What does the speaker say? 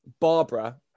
barbara